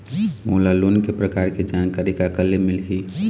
मोला लोन के प्रकार के जानकारी काकर ले मिल ही?